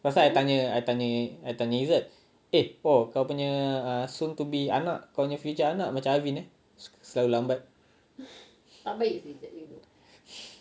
last time I tanya I tanya I tanya izzad eh oh kau punya soon to be anak kau punya future anak macam alvin eh selalu lambat